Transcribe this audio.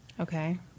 Okay